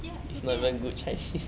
ya it's okay ah